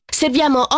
serviamo